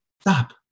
stop